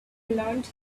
learned